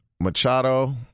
Machado